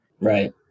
Right